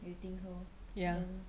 you think so then